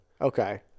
Okay